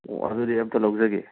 ꯑꯣ ꯑꯗꯨꯗꯤ ꯑꯝꯇ ꯂꯧꯖꯒꯦ